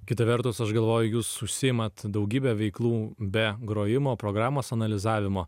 kita vertus aš galvoju jūs užsiimat daugybe veiklų be grojimo programos analizavimo